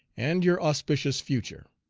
and your auspicious future.